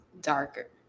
darker